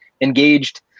engaged